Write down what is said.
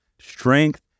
strength